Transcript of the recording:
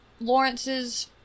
Lawrence's